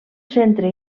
centre